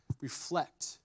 reflect